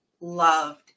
loved